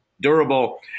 durable